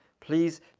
Please